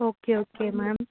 okay okay ma'am